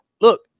look